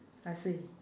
I see